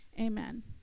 amen